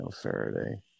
Faraday